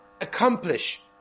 accomplish